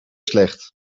slecht